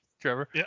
Trevor